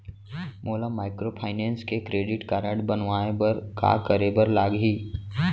मोला माइक्रोफाइनेंस के credit card बनवाए बर का करे बर लागही?